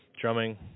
drumming